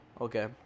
Okay